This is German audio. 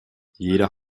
jeder